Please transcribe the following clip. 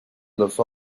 los